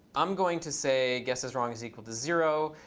i'm going to say guesseswrong is equal to zero.